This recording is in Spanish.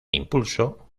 impulso